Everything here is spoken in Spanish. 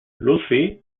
lucy